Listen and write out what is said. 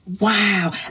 Wow